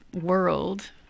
world